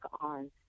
on